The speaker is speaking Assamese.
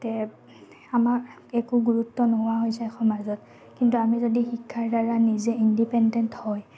তে আমাৰ একো গুৰুত্ব নোহোৱা হৈ যায় সমাজত কিন্তু আমি যদি শিক্ষাৰ দ্বাৰা নিজে ইন্দিপেণ্ডেণ্ট হয়